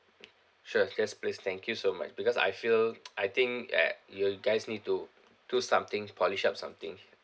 sure yes please thank you so much because I feel I think uh you guys need to do something polish up something